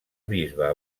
bisbe